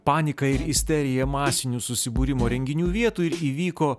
panika ir isterija masinių susibūrimo renginių vietų ir įvyko